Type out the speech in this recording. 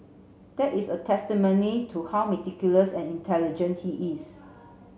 that is a testimony to how meticulous and intelligent he is